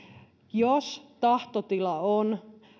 jos tahtotila on